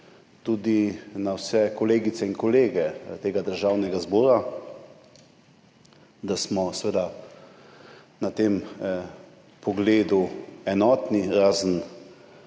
tudi na vse kolegice in kolege državnega zbora, da smo v tem pogledu enotni, razen